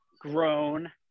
grown